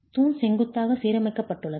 தூண் செங்குத்தாக சீரமைக்கப்பட்டுள்ளது